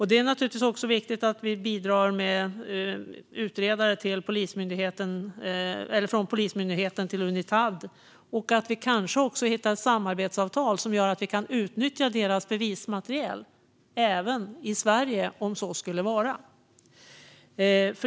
Det är naturligtvis också viktigt att vi bidrar med utredare från Polismyndigheten till Unitad och att vi kanske också hittar ett samarbetsavtal som gör att vi kan utnyttja deras bevismaterial även i Sverige om så skulle vara.